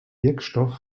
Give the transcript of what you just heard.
wirkstoff